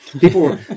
People